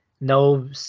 no